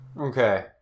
Okay